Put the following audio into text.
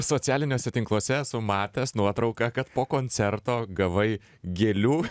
socialiniuose tinkluose esu matęs nuotrauką kad po koncerto gavai gėlių